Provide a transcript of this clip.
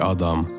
Adam